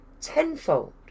tenfold